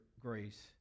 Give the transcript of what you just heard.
grace